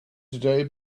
today